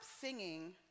singing